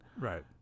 Right